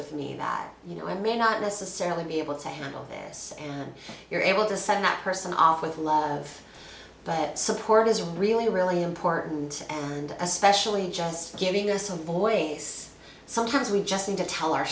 with me that you know i may not necessarily be able to handle this and you're able to send that person off with love but support is really really important and especially just giving us a voice sometimes we just need to tell